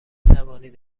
توانید